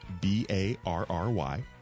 B-A-R-R-Y